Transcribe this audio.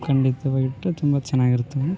ಖಂಡಿತವಾಗಿ ಇಟ್ಟು ತುಂಬ ಚೆನ್ನಾಗಿ ಇರ್ತವೆ